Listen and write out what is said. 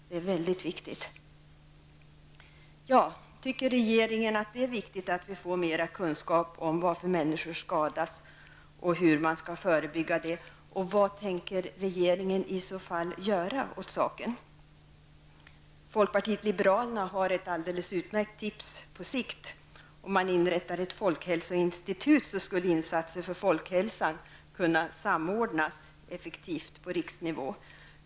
Det är väldigt viktigt. Folkpartiet liberalerna har ett alldeles utmärkt tips på sikt. Om man inrättar ett folkhälsoinstitut skulle insatser för folkhälsan kunna samordnas effektivt på riksnivå.